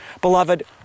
Beloved